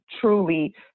truly